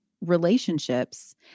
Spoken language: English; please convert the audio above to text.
relationships